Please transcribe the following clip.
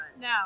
No